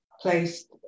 placed